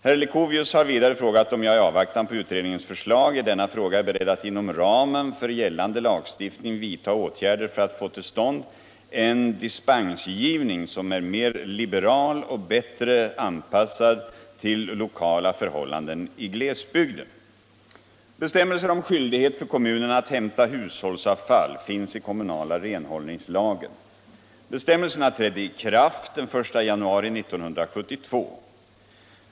Herr Leuchovius har vidare frågat om jag i avvaktan på utredningens förslag i denna fråga är beredd att inom ramen för gällande lagstiftning vidta åtgärder för att få till stånd en dispensgivning som är mer liberal och bättre anpassad till lokala förhållanden i glesbygden. Bestämmelser om skyldighet för kommunerna att hämta hushållsavfall finns i kommunala renhållningslagen. Bestämmelserna trädde i kraft den 1 januari 1972.